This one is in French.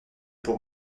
pour